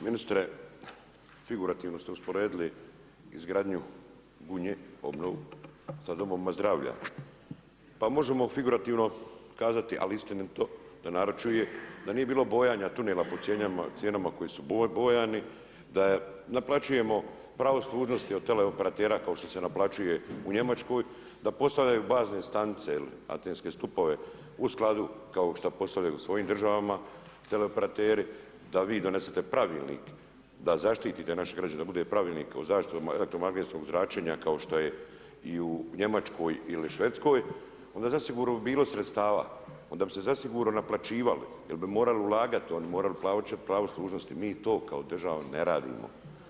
Ministre, figurativno ste usporedili izgradnju obnovu sa domovima zdravlja, pa možemo figurativno kazati, ali istinito, da narod čuje, da nije bilo bojanja tunela po cijenama koje su bojani, da naplaćujemo pravo služnosti teleoperatera, kao što se naplaćuje u Njemačkoj, da postavljaju bazne stanice, ili atenske stupove, u skladu kao što postavljaju u svojim državama teleoperateri, da vi donesete pravilnik da zaštite naše građane, da bude pravilnik o zaštiti elektromagnetskog zračenja, kao što je u Njemačkoj ili Švedskoj onda bi zasigurno bilo sredstava onda bi se zasigurno naplaćivali jer bi morali ulagati, oni bi morati plaćati pravo služnosti, mi to kao država ne radimo.